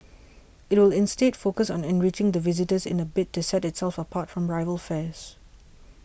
it will instead focus on enriching the visitor's in a bid to set itself apart from rival fairs